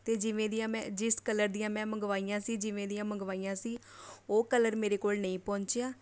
ਅਤੇ ਜਿਵੇਂ ਦੀਆਂ ਮੈਂ ਜਿਸ ਕਲਰ ਦੀਆਂ ਮੈਂ ਮੰਗਵਾਈਆਂ ਸੀ ਜਿਵੇਂ ਦੀਆਂ ਮੰਗਵਾਈਆਂ ਸੀ ਉਹ ਕਲਰ ਮੇਰੇ ਕੋਲ ਨਹੀਂ ਪਹੁੰਚਿਆ